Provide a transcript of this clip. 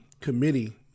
committee